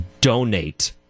donate